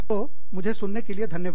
तो मुझे सुनने के लिए धन्यवाद